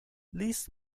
these